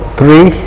three